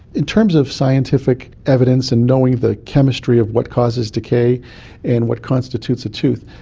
in terms of scientific evidence and knowing the chemistry of what causes decay and what constitutes a tooth,